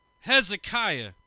Hezekiah